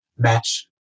match